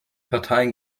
parteien